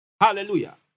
Hallelujah